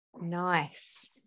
nice